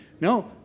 No